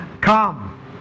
Come